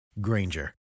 Granger